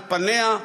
על פניה,